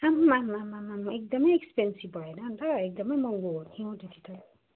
आम्मामामामा एकदमै एक्सपेन्सिभ भएन अन्त एकदमै महँगो भयो किन त्यस्तो